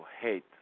hate